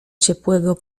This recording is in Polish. ciepłego